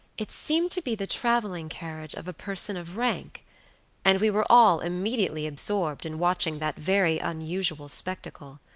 it seemed to be the traveling carriage of a person of rank and we were all immediately absorbed in watching that very unusual spectacle.